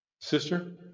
Sister